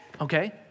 okay